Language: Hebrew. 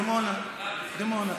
דימונה, דימונה, דימונה.